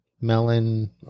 Melon